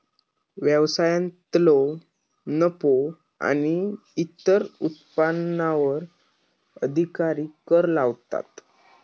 व्यवसायांतलो नफो आणि इतर उत्पन्नावर अधिकारी कर लावतात